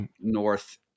north